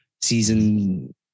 season